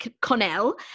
Connell